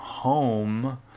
home